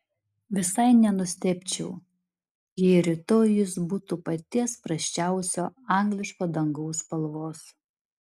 visai nenustebčiau jei rytoj jis būtų paties prasčiausio angliško dangaus spalvos